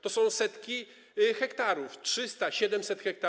To są setki hektarów, 300, 700 ha.